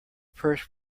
purse